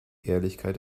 ehrlichkeit